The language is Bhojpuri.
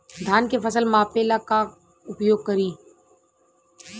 धान के फ़सल मापे ला का उपयोग करी?